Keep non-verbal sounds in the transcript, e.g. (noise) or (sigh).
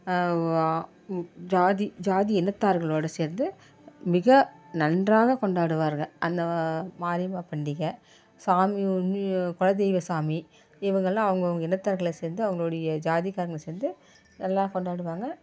ஜாதி ஜாதி இனத்தார்களோடு சேர்ந்து மிக நன்றாக கொண்டாடுவார்கள் அந்த மாரியம்மா பண்டிகை சாமி (unintelligible) குலதெய்வம் சாமி இவங்கள்லாம் அவங்கவுங்க இனத்தார்களை சேர்த்து அவங்களுடைய ஜாதிக்காரங்களை சேர்த்து நல்லா கொண்டாடுவாங்க